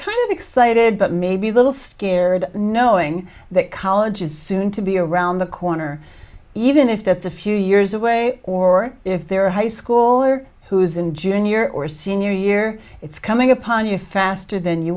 kind of excited but maybe a little scared knowing that college is soon to be around the corner even if that's a few years away or if there are high schooler who is in junior or senior year it's coming upon you faster than you